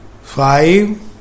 five